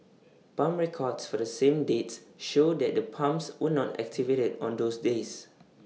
pump records for the same dates show that the pumps were not activated on those days